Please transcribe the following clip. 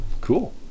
Cool